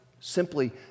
simply